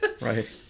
right